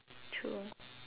true